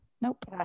nope